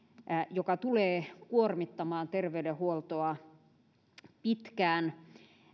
joka tulee kuormittamaan terveydenhuoltoa pitkään